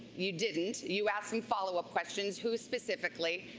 you didn't. you asked some followup questions, who specifically.